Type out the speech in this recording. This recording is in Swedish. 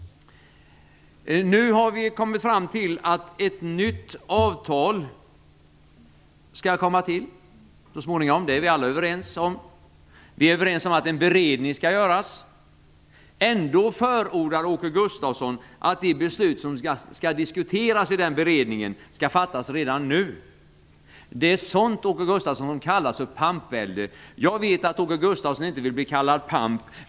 Nu har vi kommit fram till att ett nytt avtal skall komma så småningom. Det är vi alla överens om. Vi är överens att en beredning skall göras. Ändå förordar Åke Gustavsson att det beslut som skall diskuteras i den beredningen skall fattas redan nu. Det är sådant, Åke Gustavsson, som kallas för pampvälde. Jag vet att Åke Gustavsson inte vill bli kallad för pamp.